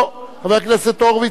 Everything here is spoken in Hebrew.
חבר הכנסת הורוביץ אין לו